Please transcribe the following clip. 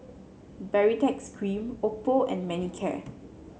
Baritex Cream Oppo and Manicare